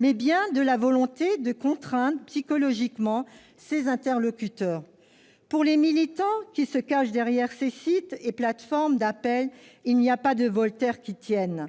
mais bien de la volonté de contraindre psychologiquement ses interlocuteurs. Pour les militants qui se cachent derrière ces sites et plateformes d'appels, il n'y a pas de Voltaire qui tienne